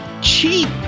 cheap